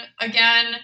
again